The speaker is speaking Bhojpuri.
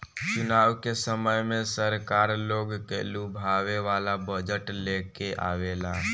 चुनाव के समय में सरकार लोग के लुभावे वाला बजट लेके आवेला